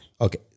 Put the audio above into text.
Okay